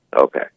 Okay